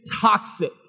toxic